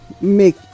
make